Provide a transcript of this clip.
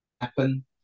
happen